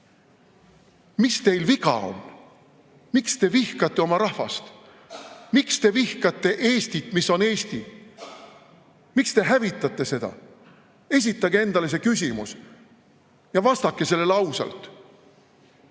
Mis teil viga on? Miks te vihkate oma rahvast? Miks te vihkate Eestit, mis on Eesti? Miks te hävitate seda? Esitage endale see küsimus. Ja vastake sellele ausalt.